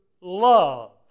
love